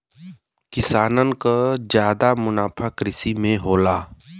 किसानन क जादा मुनाफा कृषि में होला